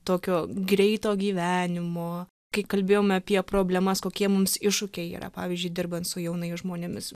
tokio greito gyvenimo kai kalbėjome apie problemas kokie mums iššūkiai yra pavyzdžiui dirbant su jaunais žmonėmis